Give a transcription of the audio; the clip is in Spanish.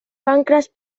pancras